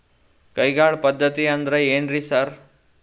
ಕೈಗಾಳ್ ಪದ್ಧತಿ ಅಂದ್ರ್ ಏನ್ರಿ ಸರ್?